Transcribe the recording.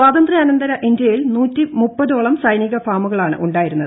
സ്വാതന്ത്ര്യാനന്തര ഇന്ത്യയിൽ പ്രൂ ഓളം സൈനിക ഫാമുകളാണ് ഉണ്ടായിരുന്നത്